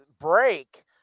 break